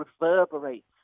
reverberates